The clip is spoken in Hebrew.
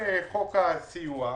חוק הסיוע,